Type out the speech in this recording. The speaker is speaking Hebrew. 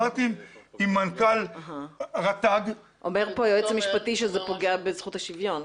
אומר היועץ המשפטי לוועדה שזה פוגע בזכות השוויון,